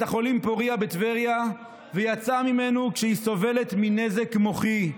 החולים פוריה בטבריה ויצאה ממנו כשהיא סובלת מנזק מוחי.